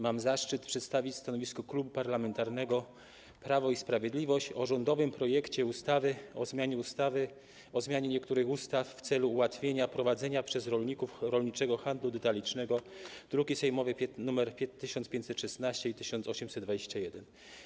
Mam zaszczyt przedstawić stanowisko Klubu Parlamentarnego Prawo i Sprawiedliwość o rządowym projekcie ustawy o zmianie niektórych ustaw w celu ułatwienia prowadzenia przez rolników rolniczego handlu detalicznego, druki sejmowe nr 1516 i 1821.